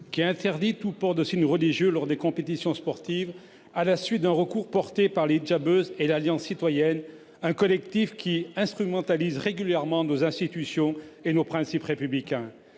qui interdit tout port de signes religieux lors de compétitions sportives, à la suite d'un recours formé par les Hijabeuses et Alliance citoyenne, collectifs qui instrumentalisent régulièrement nos institutions et nos principes républicains.